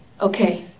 Okay